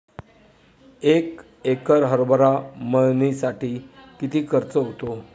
एक एकर हरभरा मळणीसाठी किती खर्च होतो?